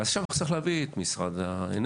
אז שם צריך להביא את משרד האנרגיה,